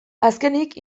azkenik